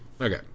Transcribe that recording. Okay